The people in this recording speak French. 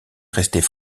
restait